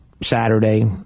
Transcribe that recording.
Saturday